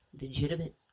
legitimate